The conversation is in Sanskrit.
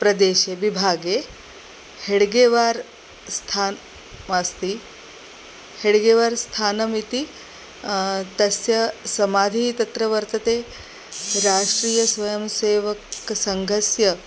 प्रदेशे विभागे हेड्गेवार् स्थानमस्ति हेड्गेवार् स्थानमिति तस्य समाधिः तत्र वर्तते राष्ट्रीयस्वयंसेवसङ्घस्य